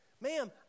ma'am